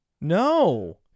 No